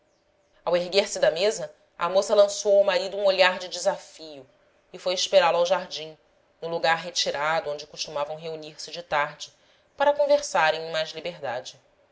ao erguer-se da mesa a moça lançou ao marido um olhar de desafio e foi esperá-lo ao jardim no lugar retirado onde costumavam reunir se de tarde para conversarem em mais liber dade